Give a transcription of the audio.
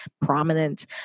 prominent